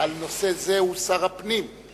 על נושא זה הוא שר המשפטים,